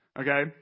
Okay